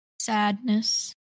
Sadness